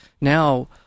now